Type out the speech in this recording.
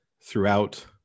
throughout